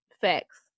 Facts